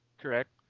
Correct